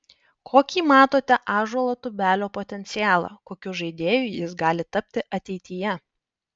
kokį matote ąžuolo tubelio potencialą kokiu žaidėju jis gali tapti ateityje